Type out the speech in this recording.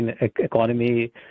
economy